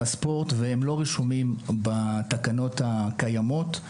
הספורט והם לא רשומים בתקנות הקיימות,